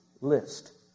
list